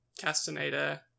Castaneda